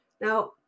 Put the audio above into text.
Now